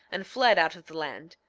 and fled out of the land,